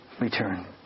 return